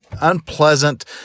unpleasant